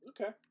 Okay